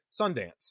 Sundance